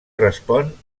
respon